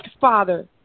Father